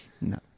No